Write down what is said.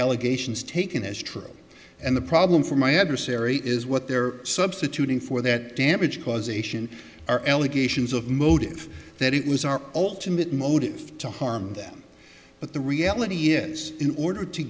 allegations taken as true and the problem for my adversary is what they're substituting for that damage causation are allegations of motive that it was our ultimate motive to harm them but the reality is in order to